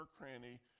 cranny